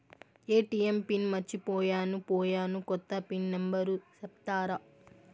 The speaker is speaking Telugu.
ఎ.టి.ఎం పిన్ మర్చిపోయాను పోయాను, కొత్త పిన్ నెంబర్ సెప్తారా?